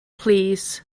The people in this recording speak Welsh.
plîs